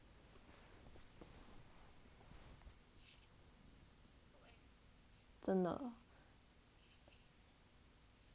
真的